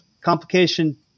complication